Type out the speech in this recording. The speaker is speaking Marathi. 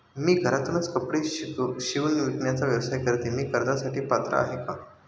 मी घरातूनच कपडे शिवून विकण्याचा व्यवसाय करते, मी कर्जासाठी पात्र आहे का?